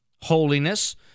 holiness